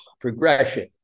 progression